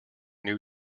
new